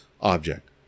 object